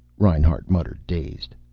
reinhart muttered, dazed.